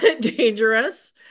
dangerous